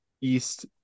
East